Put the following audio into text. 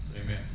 Amen